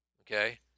okay